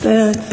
אני מצטערת.